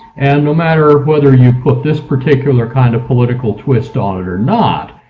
and no matter whether you put this particular kind of political twist on it or not,